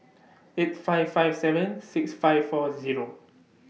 eight five five seven six five four Zero